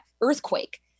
earthquake